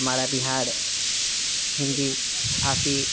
हमारा बिहार हिंदी भाषी